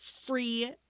free